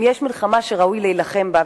אם יש מלחמה שראוי להילחם בה,